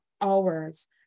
hours